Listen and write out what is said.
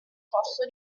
corso